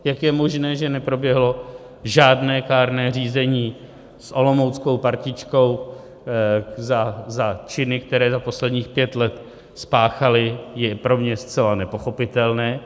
Jak je možné, že neproběhlo žádné kárné řízení s olomouckou partičkou za činy, které za posledních pět let spáchali, je pro mě zcela nepochopitelné.